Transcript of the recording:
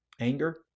Anger